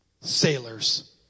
sailors